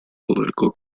political